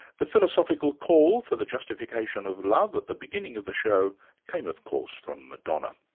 the philosophical call for the justification of love at the beginning of the show came of course from madonna,